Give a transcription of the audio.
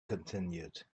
continued